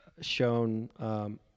shown